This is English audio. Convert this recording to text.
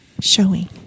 showing